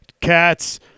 cats